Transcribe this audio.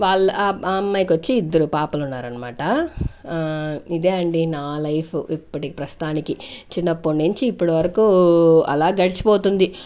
వాళ్ళ ఆ అమ్మాయికి వచ్చి ఇద్దరు పాపలు ఉన్నారన్మాట ఇదే అండి నా లైఫ్ ఇప్పటికి ప్రస్తుతానికి చిన్నప్పట్నించి ఇప్పటివరకు అలా గడిచిపోతుంది